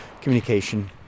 communication